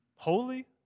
Holy